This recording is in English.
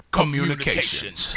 Communications